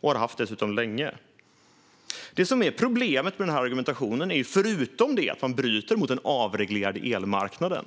Det har varit så länge. Problemet med argumentationen är, förutom att man bryter mot en avreglerad elmarknad, att